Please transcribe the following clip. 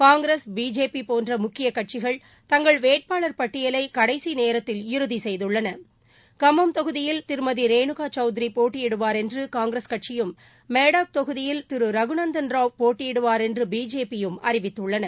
Congress BJP போன்ற முக்கிய கட்சிகள் தங்கள் வேட்பாளர் பட்டியலை கடைசி நேரத்தில் இறுதி செய்துள்ளன கம்மம் தொகுதியில் திருமதி ரேணுகா சௌத்ரி போட்டியிடுவார் என்று காங்கிரஸ் கட்சியும் மெடக் தொகுதியில் திரு ரகுநந்தன் ராவ் போட்டியிடுவார் என்று பிஜேபியும் அறிவித்தள்ளன